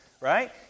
right